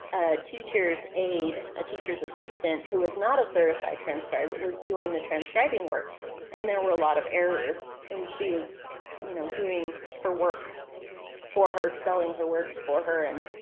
a teacher's aide, a teacher's assistant, who was not a certified transcriber was doing the transcribing work and there were a lot of errors and she was you know doing her work for her, spelling her words for her and